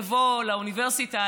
לבוא לאוניברסיטה,